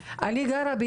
איפה את גרה, ח'טיב?